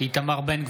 איתמר בן גביר,